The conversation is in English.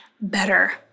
better